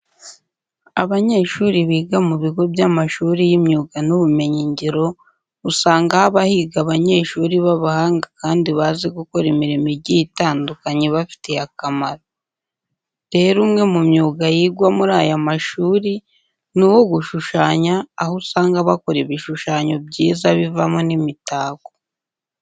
Abanyeshuri biga mu bigo by'amashuri y'imyuga n'ubumenyingiro, usanga haba higa abanyeshuri b'abahanga kandi bazi gukora imirimo igiye itandukanye ibafitiye akamaro. Rero umwe mu myuga yigwa muri aya mashuri ni uwo gushushanya, aho usanga bakora ibishushanyo byiza bivamo n'imitako.